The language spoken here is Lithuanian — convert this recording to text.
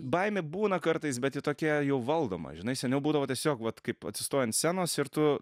baimė būna kartais bet ji tokia jau valdoma žinai seniau būdavo tiesiog vat kaip atsistoji ant scenos ir tu